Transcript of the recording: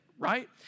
Right